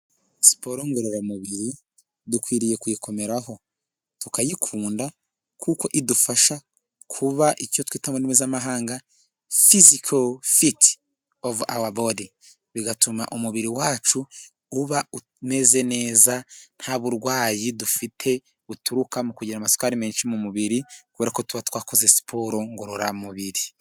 Siporo ngororamubiri dukwiriye kuyikomeraho, tukayikunda kuko idufasha kuba icyo twita mu ndimi mpuzamahanga fisicaft of awa bod bigatuma umubiri wacu uba umeze neza nta burwayi dufite buturuka mu kugira amasukari menshi mu mubiri, kubera ko tuba twakoze siporo ngororamubiri.